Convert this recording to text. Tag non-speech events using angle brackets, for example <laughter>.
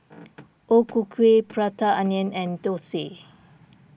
<noise> O Ku Kueh Prata Onion and Thosai